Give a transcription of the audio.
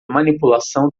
manipulação